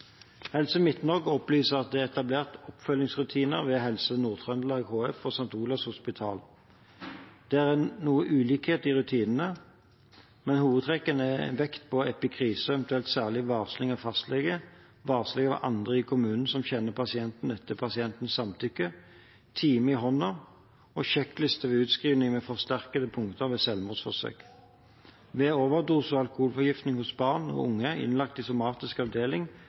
Helse Midt-Norge opplyser at det er etablert oppfølgingsrutiner ved Helse Nord-Trøndelag HF og St. Olavs Hospital. Det er noe ulikhet i rutinene, men hovedtrekkene er vekt på epikrise og eventuelt særlig varsling av fastlege, varsling av andre i kommunen som kjenner pasienten etter pasientens samtykke, time i hånda og sjekkliste ved utskriving med forsterkede punkter ved selvmordsforsøk. Ved overdose og alkoholforgiftning hos barn og unge innlagt i somatisk avdeling